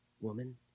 Woman